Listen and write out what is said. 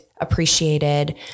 appreciated